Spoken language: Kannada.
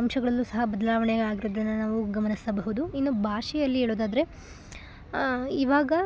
ಅಂಶಗಳಲ್ಲೂ ಸಹ ಬದಲಾವಣೆಯಾಗಿರೊದನ್ನ ನಾವು ಗಮನಿಸಬಹುದು ಇನ್ನು ಭಾಷೆಯಲ್ಲಿ ಹೇಳೋದಾದ್ರೆ ಇವಾಗ